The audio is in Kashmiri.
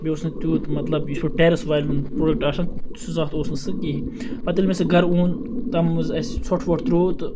بیٚیہِ اوس نہٕ تیوٗت مَطلَب یہِ چھُ ٹیٚرٕس والٮ۪ن ہُنٛد پروڈَکٹہٕ آسان تتھ اوس نہٕ سُہ کِہیٖنۍ ییٚلہِ مےٚ سُہ گَرٕ اوٚن تتھ مَنٛزٕ اَسہ ژھوٚٹھ وۄٹھ ترٛوو